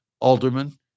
alderman